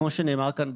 כמו שנאמר כאן,